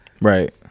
Right